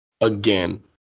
Again